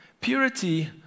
purity